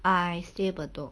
I stay bedok